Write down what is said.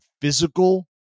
physical